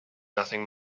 nothing